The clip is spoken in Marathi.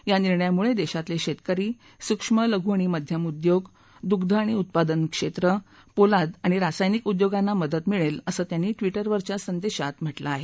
या निर्णयामुळे देशातले शेतकरी सूक्ष्म लघु आणि मध्यम उद्योग दुध आणि उत्पादन क्षेत्र पोलाद आणि रासायनिक उद्योगांना मदत मिळेल असं त्यांनी ट्विटरवरच्या संदेशात म्हटलं आहे